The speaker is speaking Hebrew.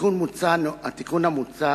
התיקון המוצע